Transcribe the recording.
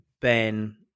Ben